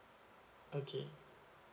okay